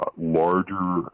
larger